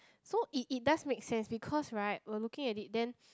so it it does make sense because right we are looking at it then